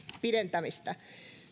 pidentämistä